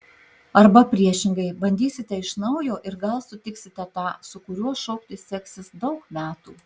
arba priešingai bandysite iš naujo ir gal sutiksite tą su kuriuo šokti seksis daug metų